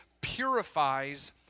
purifies